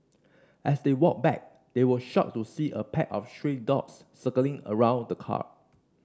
as they walked back they were shocked to see a pack of stray dogs circling around the car